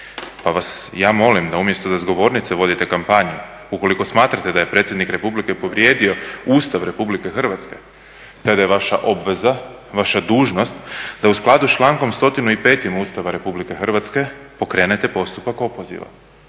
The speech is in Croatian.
Pa vas ja molim da umjesto da s govornice vodite kampanju, ukoliko smatrate da je Predsjednik Republike povrijedio Ustav Republike Hrvatske, tada je vaša obveza, vaša dužnost da u skladu s člankom 105. Ustava Republike Hrvatske pokrenete postupak opoziva.